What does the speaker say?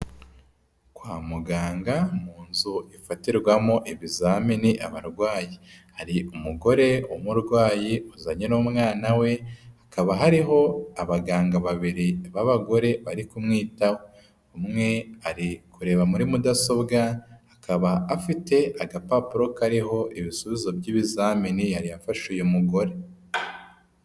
Kwa muganga mu nzu ifatirwamo ibizamini abarwayi. Hari umugore w'umurwayi wazanye n'umwana we, hakaba hariho abaganga babiri b'abagore bari kumwitaho. Umwe ari kureba muri mudasobwa, akaba afite agapapuro kariho ibisubizo by'ibizamini yari yafashe uyu mugore.